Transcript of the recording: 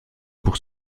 pour